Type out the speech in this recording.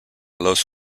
los